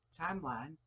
timeline